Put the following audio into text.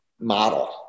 model